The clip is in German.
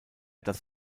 dass